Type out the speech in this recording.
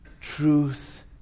truth